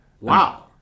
wow